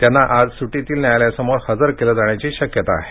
त्यांना आज सुटीतील न्यायालयासमोर हजर केलं जाण्याची शक्यता आहे